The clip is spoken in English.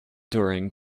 during